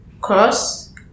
cross